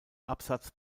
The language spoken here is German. absatz